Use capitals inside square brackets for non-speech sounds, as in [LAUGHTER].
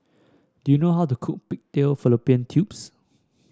do you know how to cook Pig [UNINTELLIGIBLE] Fallopian Tubes